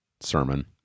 sermon